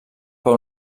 per